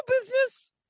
business